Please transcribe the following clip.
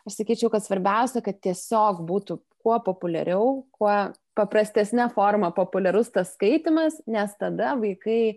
aš sakyčiau kad svarbiausia kad tiesiog būtų kuo populiariau kuo paprastesne forma populiarus tas skaitymas nes tada vaikai